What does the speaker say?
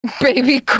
baby